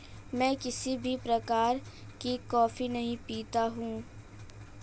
मैं किसी भी प्रकार की कॉफी नहीं पीता हूँ